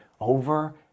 over